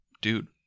Dude